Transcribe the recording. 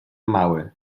mały